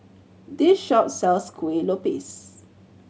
this shop sells Kuih Lopes